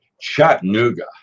Chattanooga